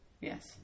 Yes